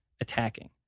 attacking